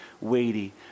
weighty